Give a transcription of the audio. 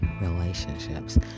relationships